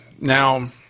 Now